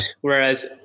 Whereas